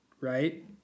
right